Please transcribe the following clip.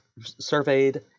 surveyed